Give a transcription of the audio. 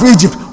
Egypt